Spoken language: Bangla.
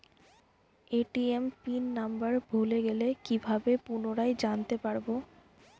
এ.টি.এম পিন নাম্বার ভুলে গেলে কি ভাবে পুনরায় জানতে পারবো?